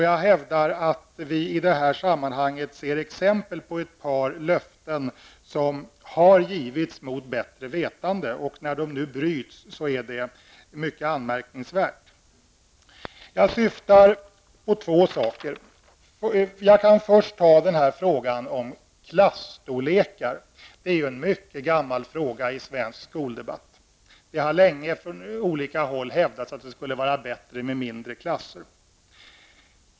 Jag hävdar att vi i detta sammanhang ser exempel på ett par löften som har givits mot bättre vetande. När de nu bryts är det mycket anmärkningsvärt. Jag syftar på två saker. Först kan jag ta upp frågan om klasstorleken. Det är en mycket gammal fråga i svensk skoldebatt. Från olika håll har det länge hävdats att det skulle vara bättre med mindre klasser.